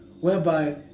whereby